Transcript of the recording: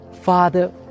Father